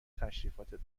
تشریفاتت